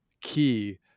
key